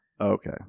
Okay